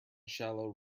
shallow